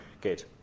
Good